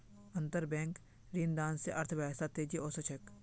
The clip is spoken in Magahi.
अंतरबैंक ऋणदान स अर्थव्यवस्थात तेजी ओसे छेक